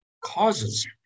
causes